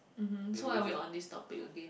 mmhmm so why are we on this topic again